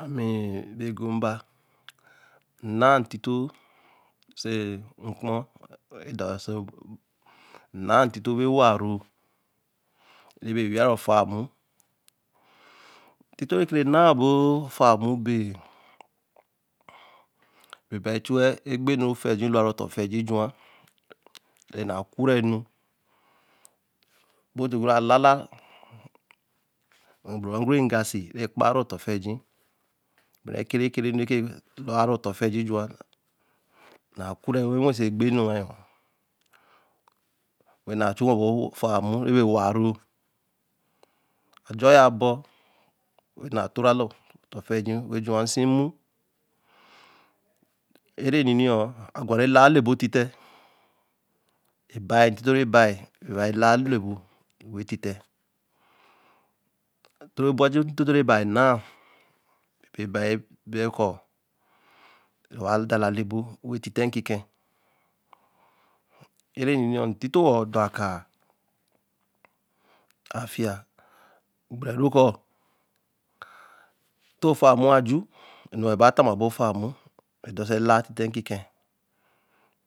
Anii be Gonba ē n̄na tito se kpo é nn̄a tito sho wāa rū, re be weii re ofāa mo tīto re ke nāa bo faā mo be, be bai echu-wa ekpe nu feji lorwa re otor fi eji juwa, ena kure nu but ti ku-re a lala, bo ro gure ga sie, re kpa-re otor fieji, be re ke re nu re lor wa re, otor fieji ju wa, na kure wen halt so ekpe nu weii na chulhan loo ofa mo e be re be wai ru-u ajo a bo, weiina lor tor fa eji wen chuwa nsie mo āre nni a gware la le bo tillel ban̄ tito re bai be baīn lāa lorso wen tittel, toro bajui tito re beii nāa-yin, bebe bai e bai ye kur, re wa dala lor ebo wen titel ki kien ēare, ntito wor dora kuā, a fiya gbere kōo to fāa mo aj, e-nn̄o ne ba ta ma bo faā mo, re close la titel kikien,